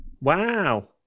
Wow